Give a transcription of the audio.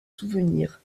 souvenirs